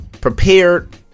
prepared